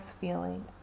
feeling